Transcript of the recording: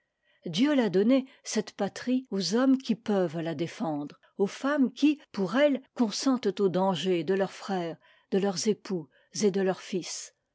dieu l'a donnée cette patrie aux hommes qui peuvent la défendre aux femmes qui pour elle consentent aux dangers de leurs frères de leurs époux et de leurs fils